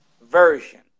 Version